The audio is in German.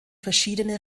verschiedene